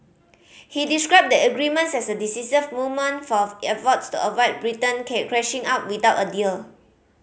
he described the agreements as a decisive moment for efforts to avoid Britain crashing out without a deal